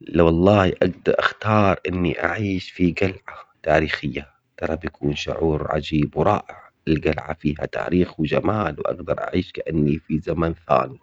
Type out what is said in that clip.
لو الله ابدأ اختار اني اعيش في قلعة تاريخية ترى بيكون شعور عجيب ورائع القلعة فيه تاريخ وجمال واقدر اعيش كاني في زمن ثاني.